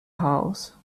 house